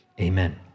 amen